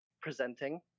presenting